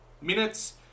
minutes